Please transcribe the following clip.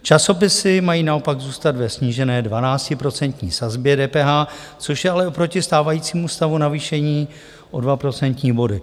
Časopisy mají naopak zůstat ve snížené 12% sazbě DPH, což je ale oproti stávajícímu stavu navýšení o dva procentní body.